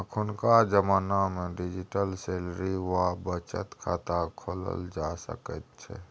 अखुनका जमानामे digital salary वा बचत खाता खोलल जा सकैत छै